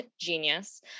genius